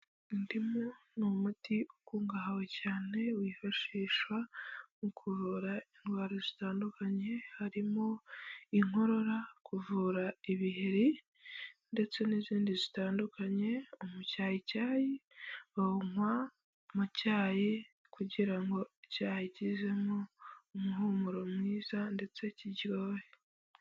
Indimu ni umuti ukungaha cyane wifashishwa mu kuvura indwara zitandukanye harimo inkorora kuvura ibiheri ndetse n'izindi zitandukanye mu cyayi icyayi bawuywa mu cyayi kugira ngo byagizemo umuhumuro mwiza ndetse kiryohe.